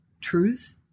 truth